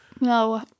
No